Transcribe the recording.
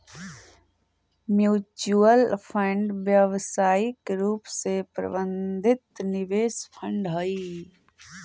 mutual fund व्यावसायिक रूप से प्रबंधित निवेश फंड हई